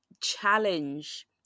challenge